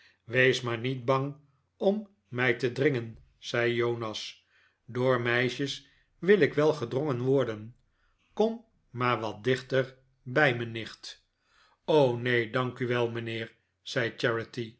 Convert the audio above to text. wees maar niet bang om mij te dringen zei jonas door meisjes wil ik'wel gedrongen worden kom maar wat dichter bij me nicht neen dank u wel f mijnheer